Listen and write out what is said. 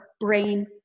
brain